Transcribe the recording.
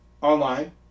online